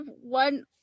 one